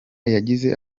yagize